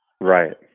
Right